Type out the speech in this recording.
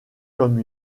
comme